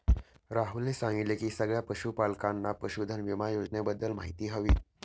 राहुलने सांगितले की सगळ्या पशूपालकांना पशुधन विमा योजनेबद्दल माहिती हवी